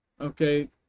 okay